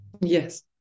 yes